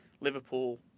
Liverpool